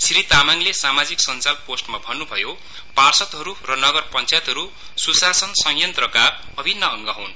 श्री तामाङले सामाजिक सञ्जाल पोस्टमा भन्न्भयो पार्षदहरू र नगर पञ्चायतहरू सुशासन संयन्त्रका अभिन्न अंग हन्